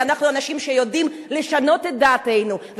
ואנחנו אנשים שיודעים לשנות את דעתנו,